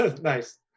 Nice